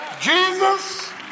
Jesus